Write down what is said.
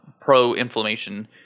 pro-inflammation